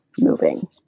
moving